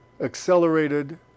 accelerated